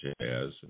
jazz